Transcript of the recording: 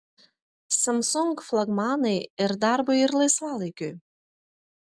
samsung flagmanai ir darbui ir laisvalaikiui